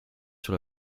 sur